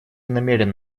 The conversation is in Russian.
намерен